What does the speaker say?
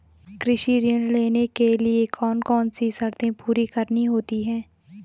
कृषि ऋण लेने के लिए कौन कौन सी शर्तें पूरी करनी होती हैं?